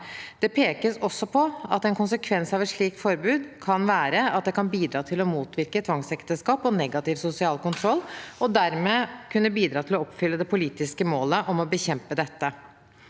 Det pekes også på at en konsekvens av et slikt forbud kan være at det kan bidra til å motvirke tvangsekteskap og negativ sosial kontroll, og dermed kunne bidra til å oppfylle det politiske målet om å bekjempe dette.